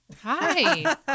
Hi